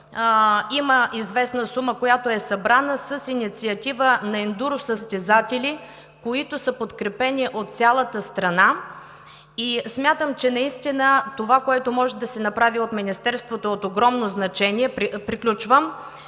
Има известна сума, която е събрана с инициатива на индуро състезатели, които са подкрепени от цялата страна. Смятам, че това, което може да се направи от Министерството, е от огромно значение –